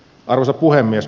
arvoisa puhemies